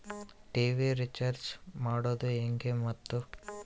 TV recharge ಮಾಡೋದು ಹೆಂಗ ಮತ್ತು?